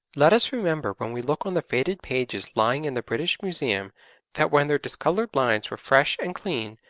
let us remember when we look on the faded pages lying in the british museum that when their discoloured lines were fresh and clean,